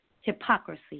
hypocrisy